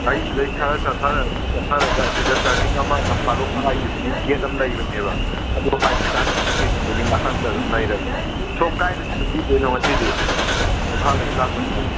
ꯑꯩ ꯁꯤꯗꯩ ꯈꯔ ꯆꯠꯊꯔꯅꯤ ꯆꯠꯊꯔꯒ ꯑꯁꯤꯗ ꯇꯔꯅꯤꯡ ꯑꯃ ꯅꯝꯐꯥꯂꯣꯡ ꯍꯥꯏꯈꯤꯕꯒꯤ ꯒꯦꯠ ꯑꯃ ꯂꯩꯕꯅꯦꯕ ꯑꯗꯨ ꯍꯥꯏꯈ꯭ꯔꯀꯥꯟꯗ ꯄꯨꯂꯤꯁ ꯁ꯭ꯇꯦꯁꯟꯁꯤꯒꯤ ꯅꯥꯀꯟꯗ ꯑꯗꯨꯝ ꯂꯩꯔꯕꯅꯦ ꯁꯣꯝ ꯀꯥꯏꯗꯗꯤ ꯇꯨꯝꯕꯤꯗꯣꯏꯅꯣ ꯉꯁꯤꯗꯤ ꯏꯝꯐꯥꯜꯗꯒꯤ ꯂꯥꯛꯄꯅꯤꯅ